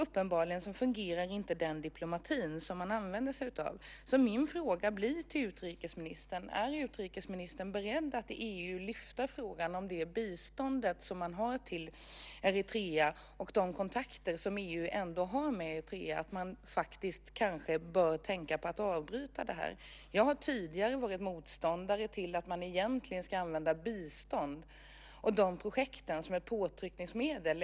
Uppenbarligen fungerar inte den diplomati som man använder sig av. Min fråga till utrikesministern blir: Är utrikesministern beredd att i EU lyfta fram frågan om det bistånd man har till Eritrea och de kontakter som EU ändå har med Eritrea och att man faktiskt ändå bör tänka på att avbryta det? Jag har tidigare varit motståndare till att man egentligen ska använda bistånd och de projekten som ett påtryckningsmedel.